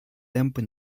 темпы